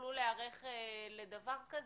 תוכלו להיערך לדבר כזה?